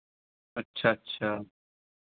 अच्छा अच्छा